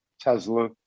tesla